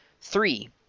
Three